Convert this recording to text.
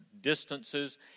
distances